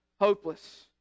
hopeless